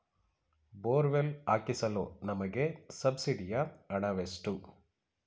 Borewell ಹಾಕಿಸಲು ನಮಗೆ ಸಬ್ಸಿಡಿಯ ಹಣವೆಷ್ಟು?